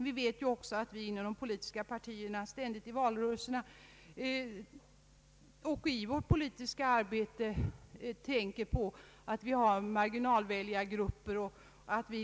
Vi vet också att de politiska partierna i valrörelserna liksom i det politiska arbetet ständigt tänker på att det finns marginalväljargrupper.